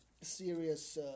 serious